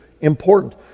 important